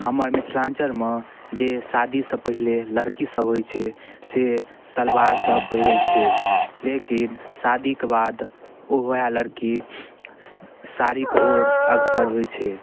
हमर मिथिलाञ्चलमे जे शादीसँ पहिने लड़कीसभ होइ छै से सलवारसब पहिरै छै लेकिन शादीके बाद वएह लड़की साड़ीके ओर अग्रसर होइ छै